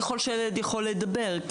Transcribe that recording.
ככל שהילד יכול לדבר,